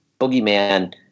boogeyman